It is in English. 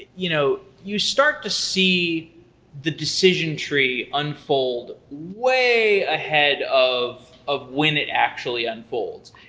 you know you start to see the decision tree unfold way ahead of of when it actually unfolds.